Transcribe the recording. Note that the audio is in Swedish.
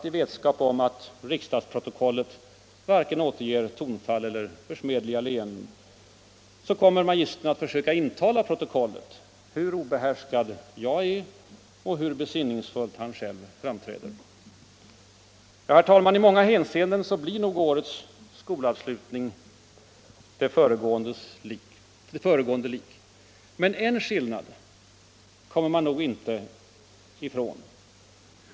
I vetskap om att riksdagsprotokollen varken återger tonfall eller försmädliga leenden, kommer magistern att försöka intala protokollet hur obehärskad jag är och hur besinningsfullt han själv framträder. Ja — herr talman — i många hänseenden blir nog årets skolavslutning de föregående lik. Men en skillnad kommer man nog inte ifrån.